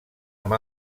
amb